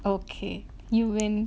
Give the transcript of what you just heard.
okay you win